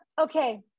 okay